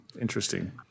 interesting